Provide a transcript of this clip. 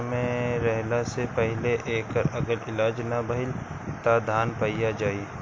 समय रहला से पहिले एकर अगर इलाज ना भईल त धान पइया जाई